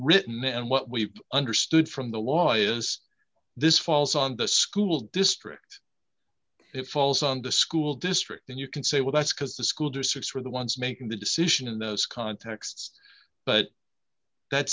written and what we've understood from the law is this falls on the school district it falls on the school district and you can say well that's because the school districts are the ones making the decision in those contexts but that